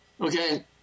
Okay